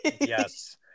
Yes